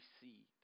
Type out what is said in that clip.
see